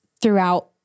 throughout